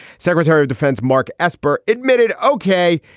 secretary of defense mark esper admitted, okay,